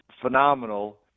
phenomenal